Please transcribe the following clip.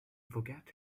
forget